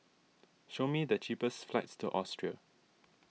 show me the cheapest flights to Austria